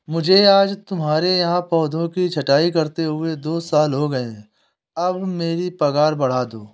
मुझे आज तुम्हारे यहाँ पौधों की छंटाई करते हुए दो साल हो गए है अब मेरी पगार बढ़ा दो